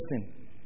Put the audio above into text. interesting